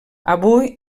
avui